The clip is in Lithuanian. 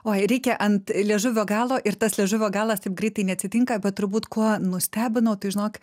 oi reikia ant liežuvio galo ir tas liežuvio galas taip greitai neatsitinka bet turbūt kuo nustebinau tai žinok